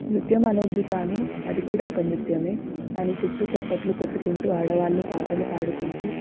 నృత్యం అనద్దు కానీ అదికూడా ఒక నృత్యమే దానిచుట్టూ చప్పట్లు కొట్టుకుంటూ ఆడవాళ్ళు పాటలు పాడుకుంటూ